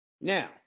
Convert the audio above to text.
Now